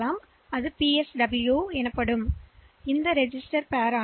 எனவே இது குவிப்பு மற்றும் பிளாக் பதிவேட்டில் செய்யப்பட்ட ரெஜிஸ்டர்பேர்